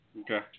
Okay